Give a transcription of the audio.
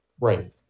right